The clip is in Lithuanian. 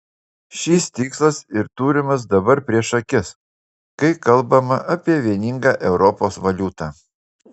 šis tikslas ir turimas dabar prieš akis kai kalbama apie vieningą europos valiutą